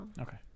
Okay